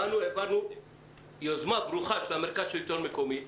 העברנו יוזמה ברוכה של מרכז השלטון המקומי,